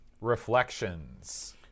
Reflections